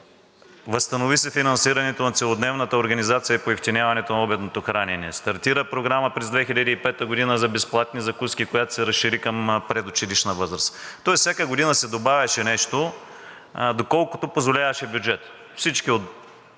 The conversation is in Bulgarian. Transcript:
възстанови се финансирането на целодневната организация – поевтиняването на обедното хранене; стартира програма през 2005 г. за безплатни закуски, която се разшири към предучилищна възраст. Тоест всяка година се добавяше нещо, доколкото позволяваше бюджетът. Всички от